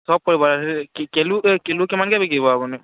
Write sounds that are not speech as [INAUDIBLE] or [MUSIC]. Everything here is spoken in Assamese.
চব কৰিব [UNINTELLIGIBLE] কিলো কিমানকৈ বিকিব আপুনি